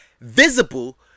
visible